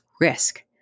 risk